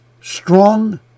strong